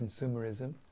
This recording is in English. consumerism